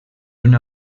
una